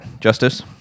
justice